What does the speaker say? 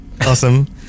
Awesome